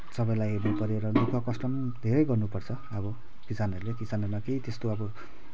सबैलाई हेर्नु पऱ्यो र दुःख कष्ट पनि धेरै गर्नुपर्छ अब किसानहरूले किसानहरूमा केही त्यस्तो अब